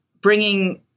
bringing